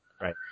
Right